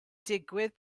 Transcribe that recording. digwydd